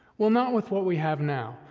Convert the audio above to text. well, not with what we have now.